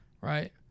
Right